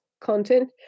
content